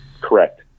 Correct